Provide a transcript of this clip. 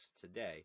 today